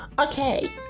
okay